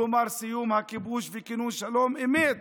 כלומר סיום הכיבוש וכינון שלום אמת